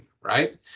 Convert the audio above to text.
right